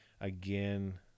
Again